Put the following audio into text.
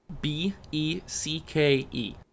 B-E-C-K-E